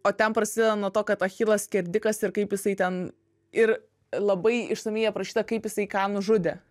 o ten prasideda nuo to kad achilas skerdikas ir kaip jisai ten ir labai išsamiai aprašyta kaip jisai ką nužudė